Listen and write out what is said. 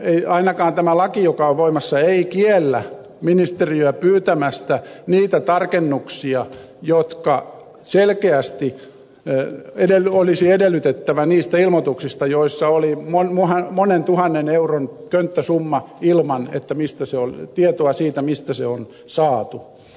ei ainakaan tämä laki joka on voimassa kiellä ministeriötä pyytämästä niitä tarkennuksia jotka selkeästi olisi edellytettävä niistä ilmoituksista joissa oli monen tuhannen euron könttäsumma ilman tietoa siitä mistä se on saatu